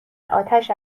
آتش